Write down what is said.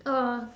oh